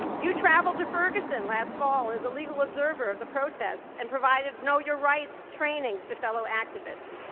you traveled to ferguson last fall as a legal observer of the protests and provided know your rights trainings to fellow activists.